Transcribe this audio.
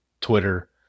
Twitter